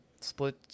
split